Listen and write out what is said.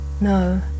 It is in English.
No